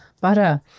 butter